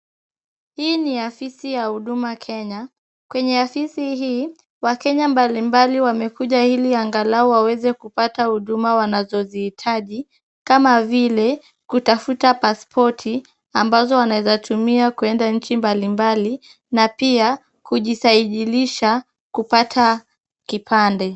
Hii ni afisi ya Huduma Kenya, kwenye afisi hii wakenya mbalimbali wamekuja ili angalau waweze kupata huduma wanazozihitaji, kama vile kutafuta pasipoti ambazo wanaeza tumia kwenda nchi mbalimbali na pia kujisaijilisha kupata kipande.